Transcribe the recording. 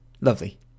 Lovely